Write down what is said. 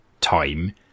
time